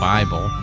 Bible